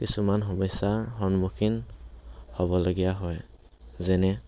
কিছুমান সমস্যাৰ সন্মুখীন হ'ব লগীয়া হয় যেনে